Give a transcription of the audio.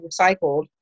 recycled